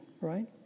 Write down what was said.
right